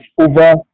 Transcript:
over